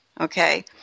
Okay